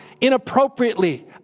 inappropriately